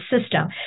system